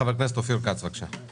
חבר הכנסת אופיר כץ בבקשה.